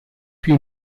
più